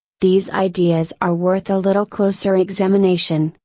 these ideas are worth a little closer examination,